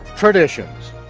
traditions,